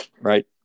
right